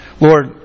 Lord